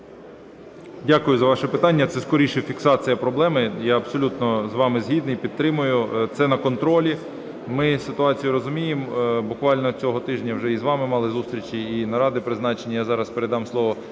Дякую за ваше питання. Це скоріше фіксація проблеми, я абсолютно з вами згідний, підтримую. Це на контролі, ми ситуацію розуміємо. Буквально цього тижня вже і з вами мали зустрічі, і наради призначені. Я зараз передам слово